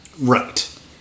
Right